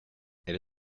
elle